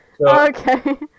Okay